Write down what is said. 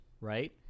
right